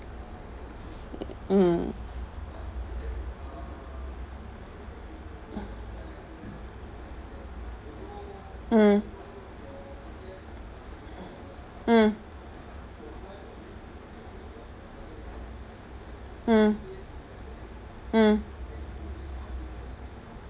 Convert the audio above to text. mm mm mm mm mm